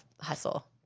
hustle